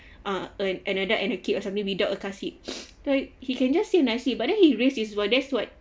uh an an adult and a kid or something without a car seat like he can just say nicely but then he raised his voice that's what